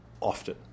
often